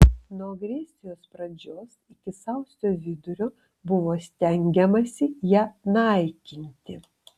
nuo agresijos pradžios iki sausio vidurio buvo stengiamasi ją naikinti